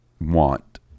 want